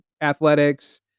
athletics